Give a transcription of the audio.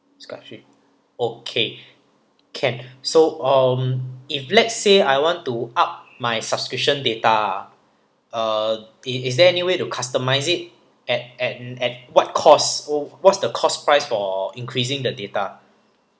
okay can so um if let's say I want to up my subscription data ah uh is is there anyway to customise it at at at what cost oh what's the cost price for increasing the data